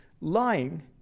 Lying